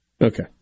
Okay